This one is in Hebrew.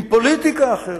עם פוליטיקה אחרת,